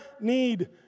need